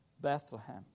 Bethlehem